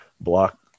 block